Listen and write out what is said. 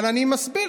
אבל אני מסביר.